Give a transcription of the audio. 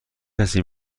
کسی